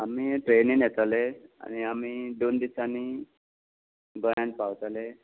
आमी ट्रेनीन येतले आनी आमी दोन दिसांनी गोंयांत पावतले